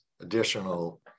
additional